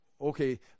okay